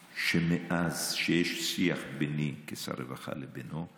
שמאז שיש שיח ביני כשר רווחה לבינו,